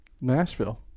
Nashville